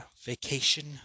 vacation